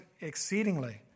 exceedingly